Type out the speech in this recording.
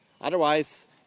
Otherwise